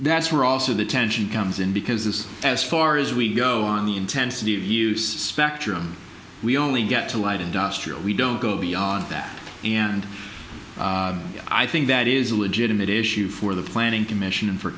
that's where also the tension comes in because this is as far as we go on the intensity of use spectrum we only get to light industrial we don't go beyond that and i think that is a legitimate issue for the planning commission and for